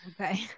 Okay